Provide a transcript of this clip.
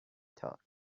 thought